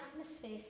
atmosphere